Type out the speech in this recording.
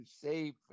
safe